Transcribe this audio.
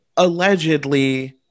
allegedly